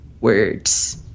words